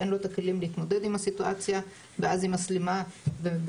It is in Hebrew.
אין לו את הכלים להתמודד עם הסיטואציה ואז היא מסלימה ובמקרים